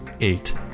eight